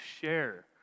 share